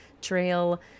trail